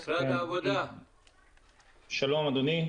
שלום אדוני.